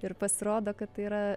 ir pasirodo kad tai yra